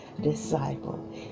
disciple